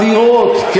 אדירות,